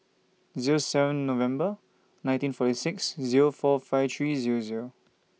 Zero seven November nineteen forty six Zero four five three Zero Zero